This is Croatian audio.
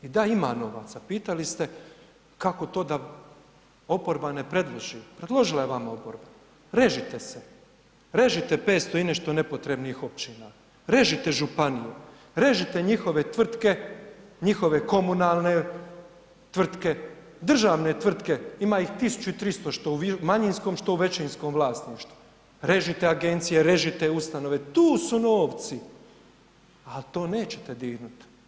I da ima novaca, pitali ste kako to da oporba ne predloži, predložila je vama oporba, režite se, režite 500 i nešto nepotrebnih općina, režite županije, režite njihove tvrtke, njihove komunalne tvrtke, državne tvrtke ima 1300 što u manjinskom, što u većinskom vlasništvu, režite agencije, režite ustanove, tu su novci, ali to nećete dirnut.